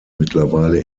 mittlerweile